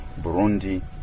Burundi